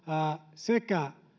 sekä